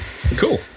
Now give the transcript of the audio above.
Cool